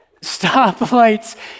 Stoplights